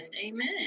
Amen